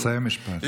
תסיים במשפט.